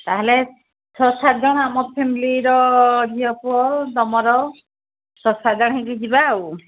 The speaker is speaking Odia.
ତା'ହେଲେ ଛଅ ସାତ ଜଣ ଆମ ଫେମିଲିର ଝିଅ ପୁଅ ତମର ଛଅ ସାତ ଜଣ ହେଇକି ଯିବା ଆଉ